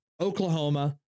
Oklahoma